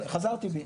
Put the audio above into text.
חזרתי בי,